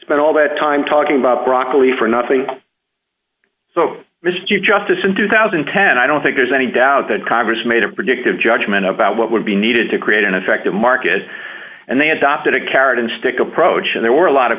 spent all that time talking about broccoli for nothing mister justice in two thousand and ten i don't think there's any doubt that congress made a predictive judgment about what would be needed to create an effective market and they adopted a carrot and stick approach and there were a lot of